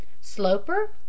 Sloper